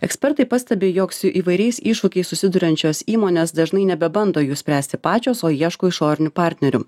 ekspertai pastebi jog su įvairiais iššūkiais susiduriančios įmonės dažnai nebebando jų spręsti pačios o ieško išorinių partnerių